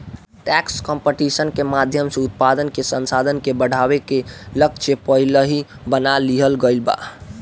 tax competition के माध्यम से उत्पादन के संसाधन के बढ़ावे के लक्ष्य पहिलही बना लिहल गइल बा